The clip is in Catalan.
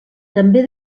també